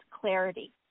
clarity